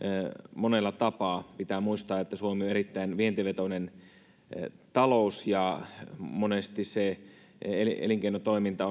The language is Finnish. monella tapaa pitää muistaa että suomi on erittäin vientivetoinen talous ja monesti se elinkeinotoiminta